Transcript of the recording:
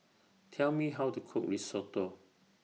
Tell Me How to Cook Risotto